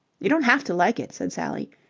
you don't have to like it, said sally.